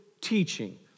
teaching